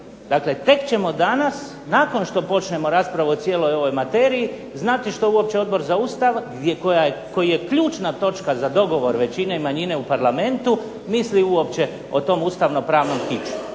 Dakle tek ćemo danas nakon što počnemo raspravu o cijeloj ovoj materiji, znati što uopće Odbor za Ustav, koji je ključna točka za dogovor većine, manjine u Parlamentu, misli uopće o tom ustavnopravnom kiču.